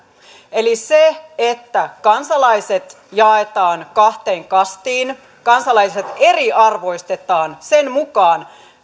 eli kansalaiset jaetaan kahteen kastiin kansalaiset eriarvoistetaan sen mukaan